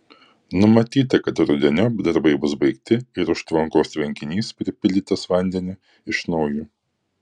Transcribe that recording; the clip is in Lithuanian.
numatyta kad rudeniop darbai bus baigti ir užtvankos tvenkinys pripildytas vandeniu iš naujo